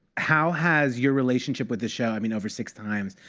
how has your relationship with this show i mean, over six times,